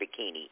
bikini